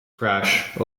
crash